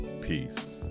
Peace